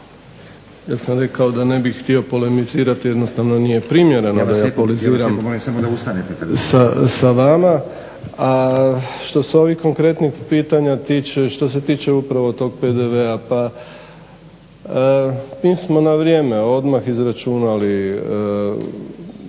ja sam rekao ne bih htio polemizirati, jednostavno nije primjereno sa vama a što se ovih konkretnih pitanja tiče i što se tiče upravo tog PDv-a pa mi smo na vrijeme odmah izračunali